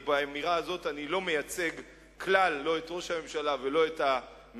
ובאמירה הזאת אני לא מייצג כלל לא את ראש הממשלה ולא את הממשלה,